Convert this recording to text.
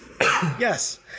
Yes